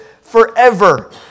forever